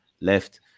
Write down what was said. left